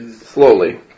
Slowly